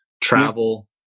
travel